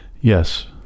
Yes